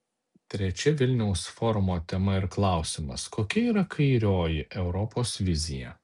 trečia vilniaus forumo tema ir klausimas kokia yra kairioji europos vizija